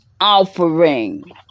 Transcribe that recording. offering